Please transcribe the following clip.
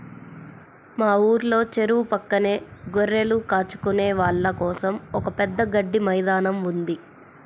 మా ఊర్లో చెరువు పక్కనే గొర్రెలు కాచుకునే వాళ్ళ కోసం ఒక పెద్ద గడ్డి మైదానం ఉంది